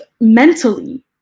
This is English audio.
mentally